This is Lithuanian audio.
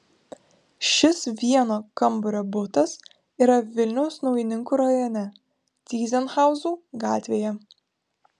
šis vieno kambario butas yra vilniaus naujininkų rajone tyzenhauzų gatvėje